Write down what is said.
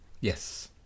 Yes